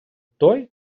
той